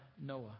Noah